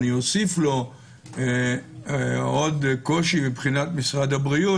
אני אוסיף לו עוד קושי מבחינת משרד הבריאות.